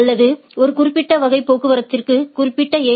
அல்லது ஒரு குறிப்பிட்ட வகை போக்குவரத்திற்கு குறிப்பிட்டஏ